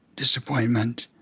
disappointment,